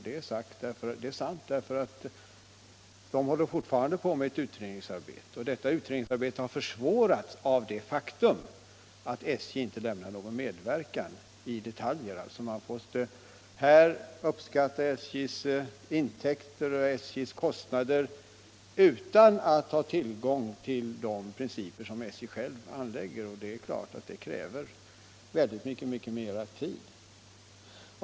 Det är sant, för Göteborgsregionens kommunalförbund håller fortfarande på med ett utredningsarbete, och detta utredningsarbete har försvårats av det faktum att SJ inte lämnar någon medverkan i detaljerna. Kommunalförbundet måste därför uppskatta SJ:s intäkter och SJ:s kostnader utan att ha kännedom om de principer som SJ för egen del tillämpar, och det är klart att det kräver mycket mera tid.